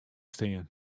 stean